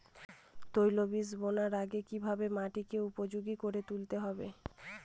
তৈলবীজ বোনার আগে কিভাবে মাটিকে উপযোগী করে তুলতে হবে?